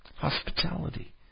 hospitality